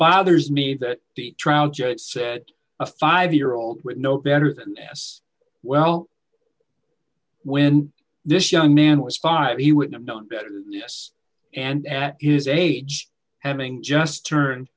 bothers me that the trial judge said that a five year old would know better than us well when this young man was five he would have known better yes and at his age having just turned